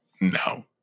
no